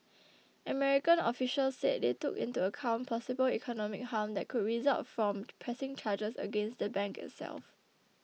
American officials said they took into account possible economic harm that could result from pressing charges against the bank itself